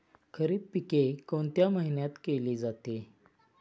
खरीप पिके कोणत्या महिन्यात केली जाते?